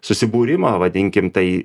susibūrimą vadinkim tai